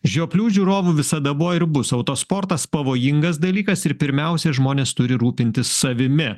žioplių žiūrovų visada buvo ir bus autosportas pavojingas dalykas ir pirmiausia žmonės turi rūpintis savimi